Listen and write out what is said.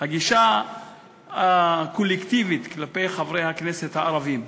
הגישה הקולקטיבית כלפי חברי הכנסת הערבים,